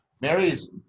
Mary's